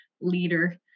leader